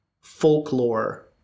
folklore